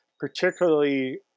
particularly